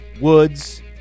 Woods